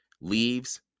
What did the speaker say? Leaves